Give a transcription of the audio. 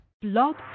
blog